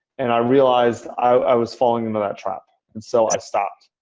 and i realized i was falling into that trap. and so i stopped.